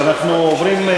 אז אנחנו עוברים,